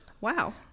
wow